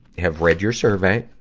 have read your survey,